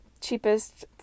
cheapest